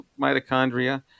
mitochondria